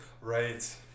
Right